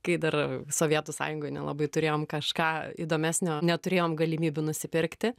kai dar sovietų sąjungoj nelabai turėjom kažką įdomesnio neturėjom galimybių nusipirkti